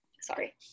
Sorry